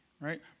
right